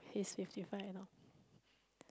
he's fifty five lor